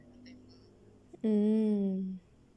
mm